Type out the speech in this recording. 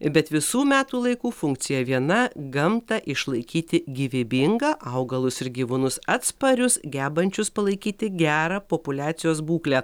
bet visų metų laikų funkcija viena gamtą išlaikyti gyvybingą augalus ir gyvūnus atsparius gebančius palaikyti gerą populiacijos būklę